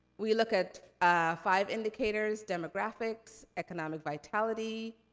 we look at five indicators. demographics, economic vitality,